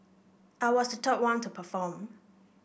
I was the third one to perform